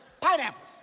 pineapples